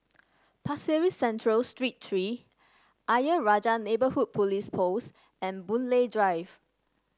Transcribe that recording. Pasir Ris Central Street Three Ayer Rajah Neighbourhood Police Post and Boon Lay Drive